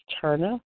Turner